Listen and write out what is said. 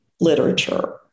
literature